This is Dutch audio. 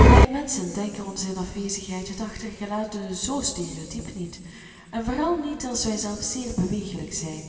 wij menschen denken ons in afwezigheid het achtergelatene zoo stereotiep niet en vooral niet als wijzelf zeer bewegelijk zijn